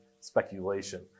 speculation